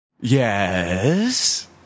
Yes